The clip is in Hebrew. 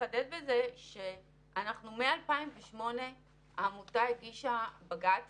אני רק אחדד שמ-2008 העמותה הגישה בג"ץ